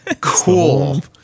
Cool